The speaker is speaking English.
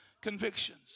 convictions